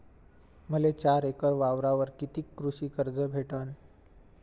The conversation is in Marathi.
मले चार एकर वावरावर कितीक कृषी कर्ज भेटन?